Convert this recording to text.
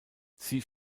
sie